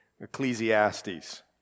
Ecclesiastes